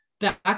Back